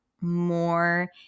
more